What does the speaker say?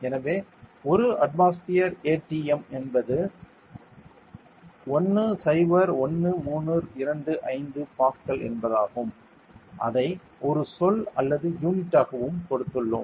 எனவே 1 atmosphere ATM என்பது 101325 pascal என்பதால் அதை ஒரு சொல் அல்லது யூனிட்டாகவும் கொடுத்துள்ளோம்